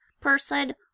person